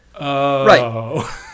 right